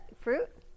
fruit